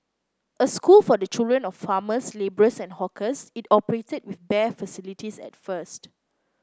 a school for the children of farmers labourers and hawkers it operated with bare facilities at first